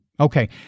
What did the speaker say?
Okay